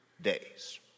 days